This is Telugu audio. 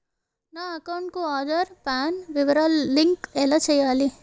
నా అకౌంట్ కు ఆధార్, పాన్ వివరాలు లంకె ఎలా చేయాలి?